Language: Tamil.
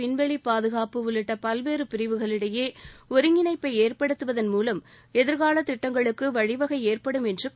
விண்வெளி பாதுகாப்பு உள்ளிட்ட பல்வேறு பிரிவுகளிடையே ஒருங்கிணைப்பை ஏற்படுத்துவதன் மூலம் எதிர்கால திட்டங்களுக்கு வழிவகை ஏற்படும் என்று கூறினார்